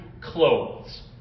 clothes